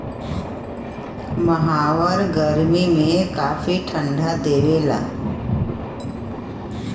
मोहायर गरमी में काफी ठंडा देवला